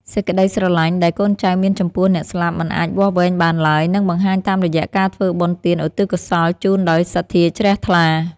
សេចក្តីស្រឡាញ់ដែលកូនចៅមានចំពោះអ្នកស្លាប់មិនអាចវាស់វែងបានឡើយ និងបង្ហាញតាមរយៈការធ្វើបុណ្យទានឧទ្ទិសកុសលជូនដោយសទ្ធាជ្រះថ្លា។